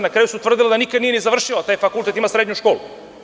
Na kraju se utvrdilo da nikad nije ni završila taj fakultet, ima srednju školu.